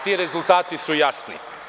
Ti rezultati su jasni.